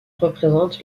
représente